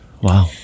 Wow